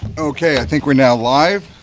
okay. i think we're now live.